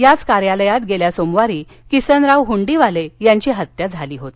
याच कार्यालयात गेल्या सोमवारी किसनराव हुंडीवाले यांची हत्या झाली होती